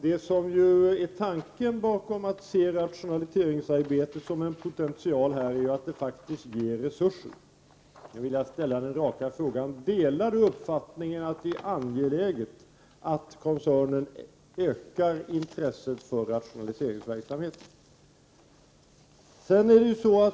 Det som ju är tanken bakom synen på rationaliseringsarbetet som en potential är ju att det faktiskt ger resurser. Jag vill därför ställa följande raka fråga: Delar Åke Gustavsson uppfattningen att det är angeläget att koncernen ökar intresset för rationaliseringsverksamheten?